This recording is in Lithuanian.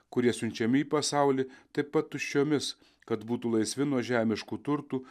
kurie siunčiami į pasaulį taip pat tuščiomis kad būtų laisvi nuo žemiškų turtų